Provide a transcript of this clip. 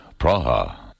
Praha